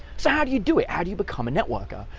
so how do you do it? how do you become a networker?